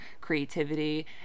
creativity